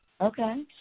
Okay